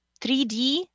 3D